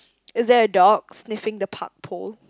is there a dog sniffing the park pole